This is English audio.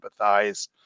empathize